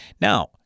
Now